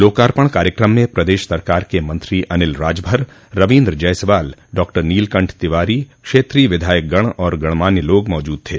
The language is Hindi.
लोकार्पण कार्यकम में प्रदेश सरकार के मंत्री अनिल राजभर रवीन्द्र जायसवाल डॉक्टर नीलकंठ तिवारी क्षेत्रीय विधायकगण और गणमान्य लोग मौजूद थे